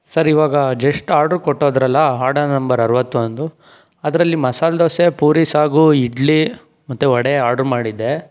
sir ಇವಾಗ just order ಕೊಟ್ಟೋದ್ರಲ್ಲ order number ಅರುವತ್ತೊಂದು ಅದರಲ್ಲಿ ಮಸಾಲೆ ದೋಸೆ ಪೂರಿ ಸಾಗು ಇಡ್ಲಿ ಮತ್ತು ವಡೆ ಆಡ್ರು ಮಾಡಿದ್ದೆ